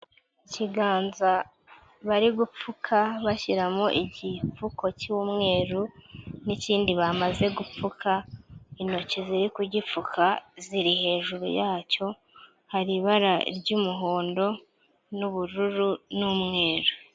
Ikiganza bari gupfuka bashyiramo igipfuko cy'umweru n'ikindi bamaze gupfuka, intoki ziri kugipfuka ziri hejuru yacyo, hari ibara ry'umuhondo n'ubururu n'umweru.